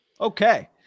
Okay